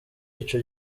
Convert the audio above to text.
ico